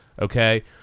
okay